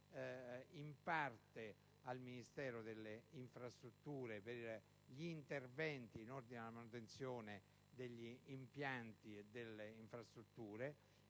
in parte al Ministero delle infrastrutture, per gli interventi in ordine alla manutenzione degli impianti e delle infrastrutture,